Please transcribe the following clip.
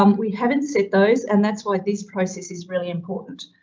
um we haven't said those and that's why this process is really important.